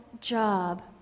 job